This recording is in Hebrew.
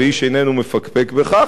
ואיש אינו מפקפק בכך,